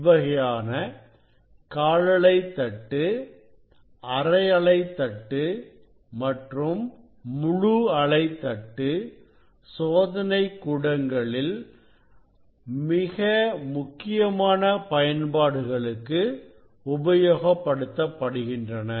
இவ்வகையான காலலைத்தட்டுஅரை அலைத் தட்டு மற்றும் முழு அலை தட்டு சோதனைக் கூடங்களில் மிக முக்கியமான பயன்பாடுகளுக்கு உபயோகப்படுத்தப்படுகின்றன